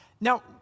Now